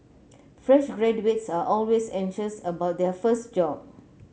fresh graduates are always anxious about their first job